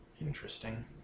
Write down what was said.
Interesting